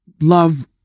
love